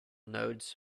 nodes